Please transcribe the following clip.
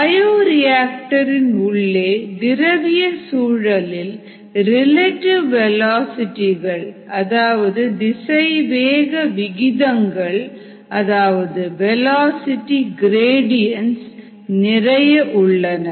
bioreactor இன் உள்ளே திரவிய சூழலில் ரிலேட்டிவ் வெலாசிட்டி கள் அல்லது திசைவேக விகிதங்கள் அதாவது வெலாசிட்டி க்ரேடியன்ஸ் நிறைய உள்ளன